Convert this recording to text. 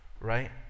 right